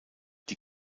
die